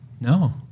No